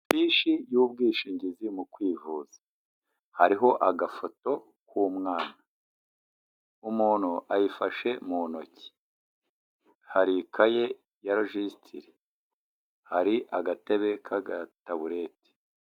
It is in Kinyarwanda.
Ifishi y'ubwishingizi mu kwivuza hariho agafoto k'umwana, umuntu ayifashe mu ntoki, hari ikaye ya regisitiri, hari agatebe k'agataburete.